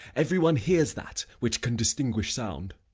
every one hears that which can distinguish sound.